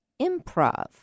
improv